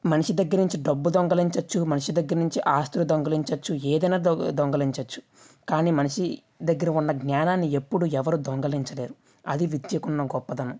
మనిషి దగ్గర నుంచి డబ్బు దొంగలించ వచ్చు మనిషి దగ్గర నుంచి ఆస్తులు దొంగలించ వచ్చు ఏదైనా దొంగ దొంగలించ వచ్చు కానీ మనిషి దగ్గర ఉన్న జ్ఞానాన్ని ఎప్పుడు ఎవరు దొంగలించలేరు అది విద్య కున్న గొప్పతనం